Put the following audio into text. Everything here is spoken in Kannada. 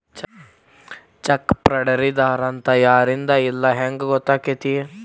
ಚೆಕ್ ಫ್ರಾಡರಿದ್ದಾರ ಅಂತ ಯಾರಿಂದಾ ಇಲ್ಲಾ ಹೆಂಗ್ ಗೊತ್ತಕ್ಕೇತಿ?